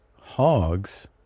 hogs